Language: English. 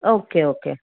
okay okay